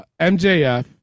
MJF